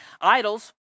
idols